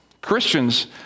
Christians